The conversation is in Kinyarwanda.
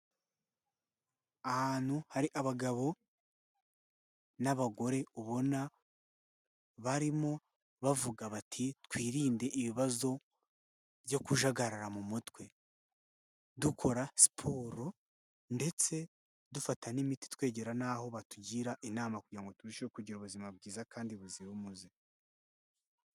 Ahantu hari abagabo n'abagore ubona barimo bavuga bati: "twirinde ibibazo byo kujagarara mu mutwe, dukora siporo ndetse dufata n'imiti, twegera n'aho batugira inama kugira ngo turusheho kugira ubuzima bwiza kandi buzira umuze."